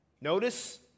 Notice